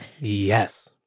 Yes